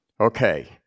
Okay